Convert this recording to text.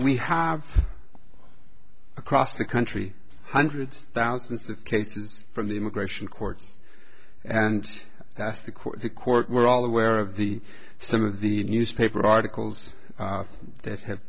we have across the country hundreds of thousands of cases from the immigration courts and that's the court the court we're all aware of the some of the newspaper articles that have